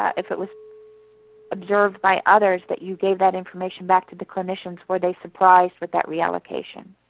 if it was observed by others, that you gave that information back to the clinicians, were they surprised with that reallocation?